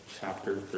chapter